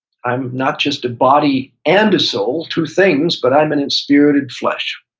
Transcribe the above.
i'm not just a body and a soul, two things, but i'm an inspirited flesh.